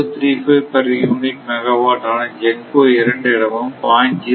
035 per unit megawatt ஆனது GENCO 2 இடமும் 0